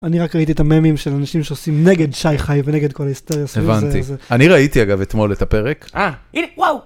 אני רק ראיתי את הממים של אנשים שעושים נגד שי חי ונגד כל ההיסטריה. אני ראיתי אגב אתמול את הפרק. אה הנה וואו.